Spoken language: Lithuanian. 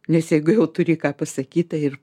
nes jeigu jau turi ką pasakyt tai ir